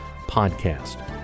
podcast